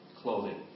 clothing